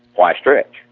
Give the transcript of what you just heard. why stretch?